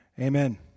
Amen